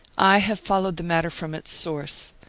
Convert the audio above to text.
i have followed the matter from its source.